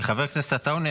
חבר הכנסת עטאונה,